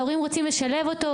ההורים רוצים לשלב אותו,